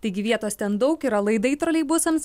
taigi vietos ten daug yra laidai troleibusams